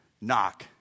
knock